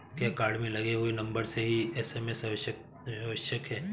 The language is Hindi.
क्या कार्ड में लगे हुए नंबर से ही एस.एम.एस आवश्यक है?